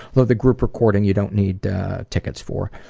though the group recording you don't need tickets for.